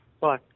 Bye